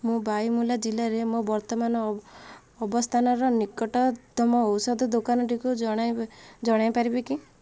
ମୁଁ ବାଇମୁଲ୍ଲା ଜିଲ୍ଲାରେ ମୋ ବର୍ତ୍ତମାନ ଅବସ୍ଥାନର ନିକଟତମ ଔଷଧ ଦୋକାନଟିକୁ ଜଣାଇବେ କୁ ଜଣାଇ ପାରିବେ କି